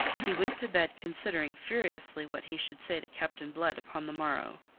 he went to bed considering furiously what he should say to captain blood upon the morrow.